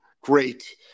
Great